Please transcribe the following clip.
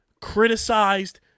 criticized